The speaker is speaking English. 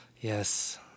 Yes